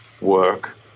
work